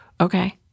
Okay